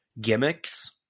gimmicks